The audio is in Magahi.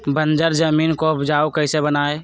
बंजर जमीन को उपजाऊ कैसे बनाय?